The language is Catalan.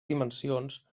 dimensions